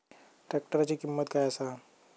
ट्रॅक्टराची किंमत काय आसा?